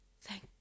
thank